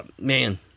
man